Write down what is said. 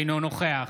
אינו נוכח